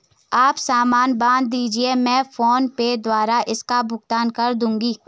आप सामान बांध दीजिये, मैं फोन पे द्वारा इसका भुगतान कर दूंगी